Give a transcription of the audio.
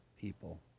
people